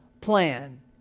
plan